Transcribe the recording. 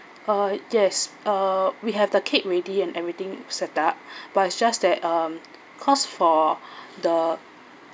uh yes uh we have the cake ready and everything set up but it's just that um course for the